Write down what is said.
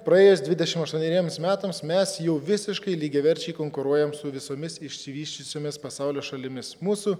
praėjus dvidešim aštuoneriems metams mes jau visiškai lygiaverčiai konkuruojam su visomis išsivysčiusiomis pasaulio šalimis mūsų